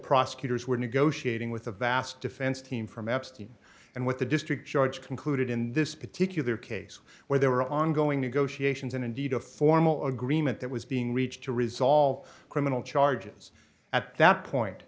prosecutors were negotiating with a vast defense team from epstein and what the district judge concluded in this particular case where there were ongoing negotiations and indeed a formal agreement that was being reached to resolve criminal charges at that point